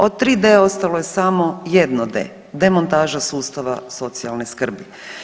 Od 3D ostalo je samo jedno D. Demontaža sustava socijalne skrbi.